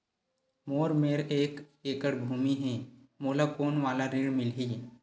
मोर मेर एक एकड़ भुमि हे मोला कोन वाला ऋण मिलही?